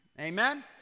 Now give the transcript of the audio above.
Amen